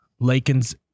Laken's